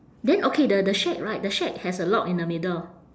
then okay the the shack right the shack has a lock in the middle